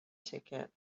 ticket